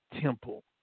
temple